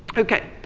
okay.